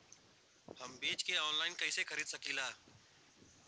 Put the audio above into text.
हम बीज के आनलाइन कइसे खरीद सकीला?